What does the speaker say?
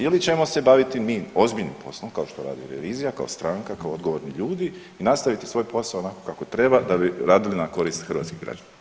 Ili ćemo se baviti mi ozbiljnim poslom kao što radi revizija, kao stranka, kao odgovorni ljudi i nastaviti svoj posao onako kako treba da bi radili na korist hrvatskih građana.